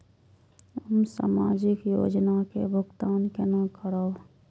हम सामाजिक योजना के भुगतान केना करब?